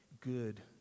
good